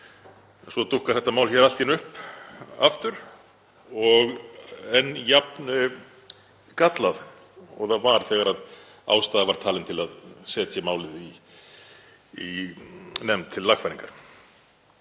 Svo dúkkar málið allt í einu upp aftur, enn jafn gallað og það var þegar ástæða var talin til að setja það í nefnd til lagfæringar.